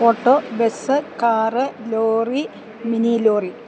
auto bus car lorry mini lorry